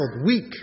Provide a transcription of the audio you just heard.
weak